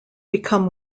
become